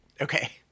Okay